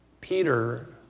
Peter